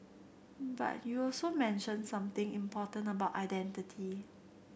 but you also mentioned something important about identity